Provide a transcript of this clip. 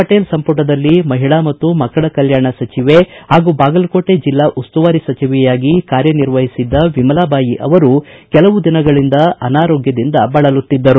ಪಟೇಲ್ ಸಂಪುಟದಲ್ಲಿ ಮಹಿಳಾ ಮತ್ತು ಮಕ್ಕಳ ಕಲ್ಕಾಣ ಸಚಿವೆ ಹಾಗೂ ಬಾಗಲಕೋಟೆ ಜಿಲ್ಲಾ ಉಸ್ತುವಾರಿ ಸಚಿವೆಯಾಗಿ ಕಾರ್ಯನಿರ್ವಹಿಸಿದ್ದ ವಿಮಲಾಬಾಯಿ ಅವರು ಕೆಲವು ದಿನಗಳಿಂದ ಅನಾರೋಗ್ದದಿಂದ ಬಳಲುತ್ತಿದ್ದರು